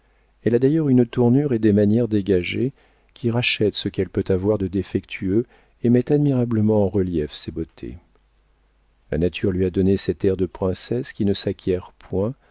elle a d'ailleurs une tournure et des manières dégagées qui rachètent ce qu'elle peut avoir de défectueux et mettent admirablement en relief ses beautés la nature lui a donné cet air de princesse qui ne s'acquiert point